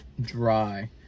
dry